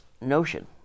notion